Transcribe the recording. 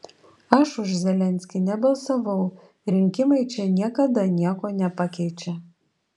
aš už zelenskį nebalsavau rinkimai čia niekada nieko nepakeičia